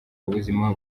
ubuzima